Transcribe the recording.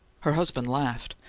her husband laughed.